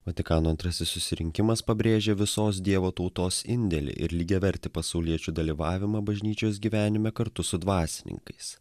vatikano antrasis susirinkimas pabrėžia visos dievo tautos indėlį ir lygiavertį pasauliečių dalyvavimą bažnyčios gyvenime kartu su dvasininkais